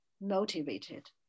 motivated